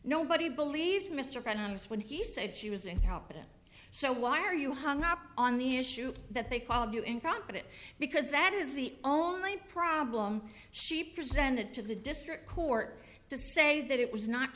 nobody believed mr prentice when he said she was incompetent so why are you hung up on the issue that they called you incompetent because that is the only problem she presented to the district court to say that it was not